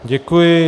Děkuji.